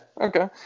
okay